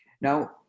Now